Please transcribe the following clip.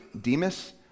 Demas